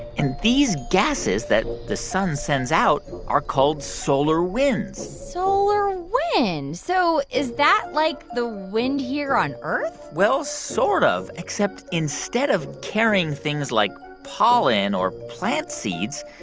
and these gases that the sun sends out are called solar winds solar wind. so is that like the wind here on earth? well, sort of, except instead of carrying things like pollen or plant seeds,